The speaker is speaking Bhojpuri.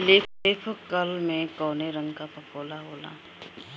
लीफ कल में कौने रंग का फफोला होला?